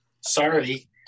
sorry